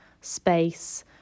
space